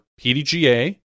PDGA